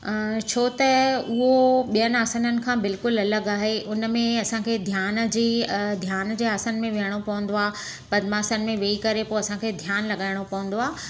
छो त उहो ॿियनि आसननि खां बिल्कुलु अलॻि आहे उनमें असांखे ध्यान जी ध्यान जे आसन में वेहणो पवंदो आहे पद्मासन में वेही करे पोइ असांखे ध्यानु लॻाइणो पवंदो आहे